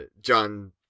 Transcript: John